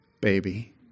baby